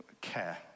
Care